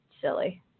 silly